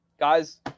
Guys